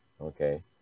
okay